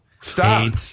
Stop